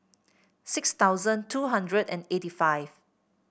six thousand two hundred and eighty five